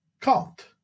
count